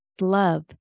Love